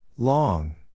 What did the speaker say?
Long